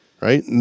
right